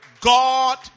God